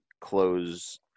close